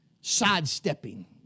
sidestepping